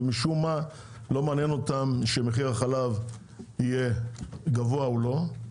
ומשום מה לא מעניין אותם שמחיר החלב יהיה גבוה או לא,